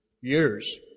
Years